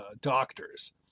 doctors